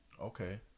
Okay